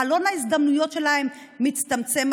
חלון ההזדמנויות שלהם מצטמצם.